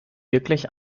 wirklich